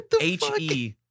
H-E